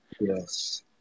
Yes